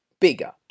bigger